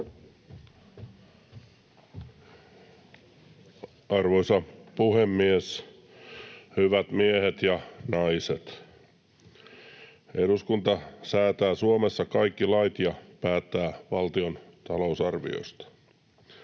Arvoisa puhemies! Hyvät miehet ja naiset! Eduskunta säätää Suomessa kaikki lait ja päättää valtion talousarviosta.